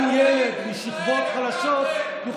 גם ילד משכבות חלשות, את חקלאי ישראל הפקרתם.